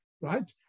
right